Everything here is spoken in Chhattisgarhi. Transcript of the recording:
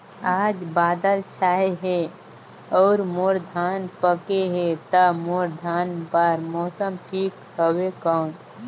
आज बादल छाय हे अउर मोर धान पके हे ता मोर धान बार मौसम ठीक हवय कौन?